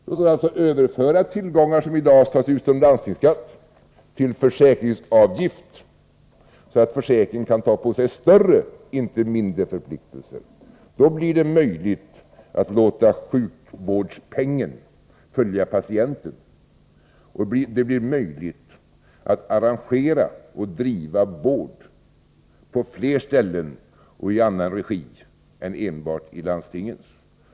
Vi vill alltså överföra tillgångar som i dag tas som landstingsskatt till försäkringsavgifter, så att försäkringen kan ta på sig större, inte mindre, förpliktelser. Då blir det möjligt att låta sjukvårdspengen följa patienten, och det blir möjligt att arrangera och driva vård på flera ställen och i annan regi än enbart i landstingens.